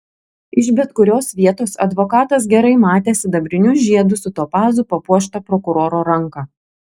iš bet kurios vietos advokatas gerai matė sidabriniu žiedu su topazu papuoštą prokuroro ranką